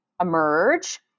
emerge